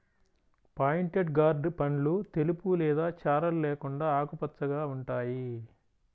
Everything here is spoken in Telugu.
పాయింటెడ్ గార్డ్ పండ్లు తెలుపు లేదా చారలు లేకుండా ఆకుపచ్చగా ఉంటాయి